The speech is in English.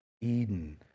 Eden